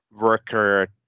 worker